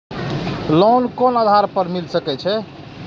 Loan कोन आधार पर मिल सके छे?